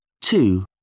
two